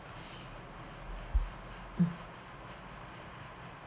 mm